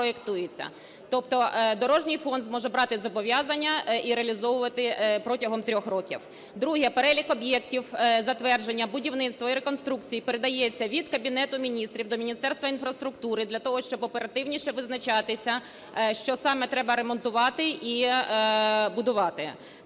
Тобто дорожній фонд зможе брати зобов'язання і реалізовувати протягом 3 років. Друге. Перелік об'єктів затвердження будівництва і реконструкції передається від Кабінету Міністрів до Міністерства інфраструктури для того, щоб оперативніше визначатися, що саме треба ремонтувати і будувати.